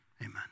Amen